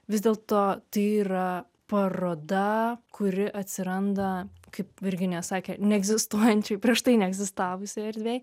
vis dėlto tai yra paroda kuri atsiranda kaip virginija sakė neegzistuojančiai prieš tai neegzistavusioj erdvėj